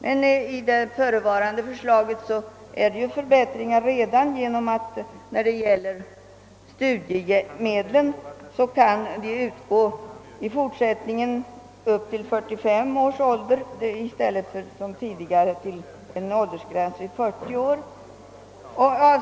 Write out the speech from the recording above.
Men redan det förevarande förslaget innebär ju förbättringar så till vida att studiemedel i fortsättningen kan utgå upp till 45 års ålder i stället för till den åldersgräns av 40 år som nu gäller.